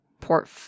port